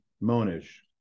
Monish